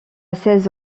seize